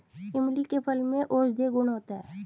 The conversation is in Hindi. इमली के फल में औषधीय गुण होता है